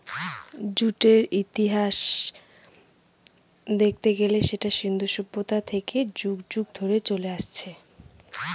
জুটের ইতিহাস দেখতে গেলে সেটা সিন্ধু সভ্যতা থেকে যুগ যুগ ধরে চলে আসছে